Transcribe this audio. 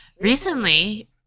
Recently